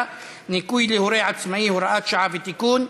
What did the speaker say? (ניכוי להורה עצמאי) (הוראת שעה ותיקון).